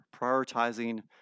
prioritizing